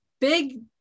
big